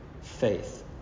faith